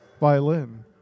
violin